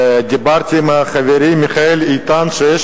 דיברתי עם חברי מיכאל איתן על זה שיש